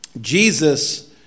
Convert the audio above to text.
Jesus